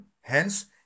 Hence